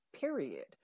period